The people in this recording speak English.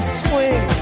swing